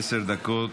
עשר דקות.